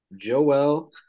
Joel